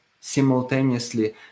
simultaneously